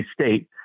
state